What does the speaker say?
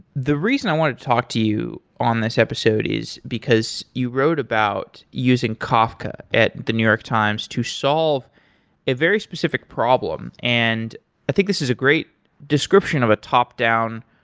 the reason i want to talk to you on this episode is because you wrote about using kafka at the new york times to solve a very specific problem. and i think this is a great description of a top down,